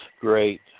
great